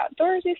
outdoorsy